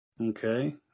okay